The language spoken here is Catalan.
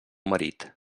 marit